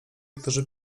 którzy